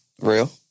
Real